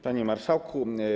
Panie Marszałku!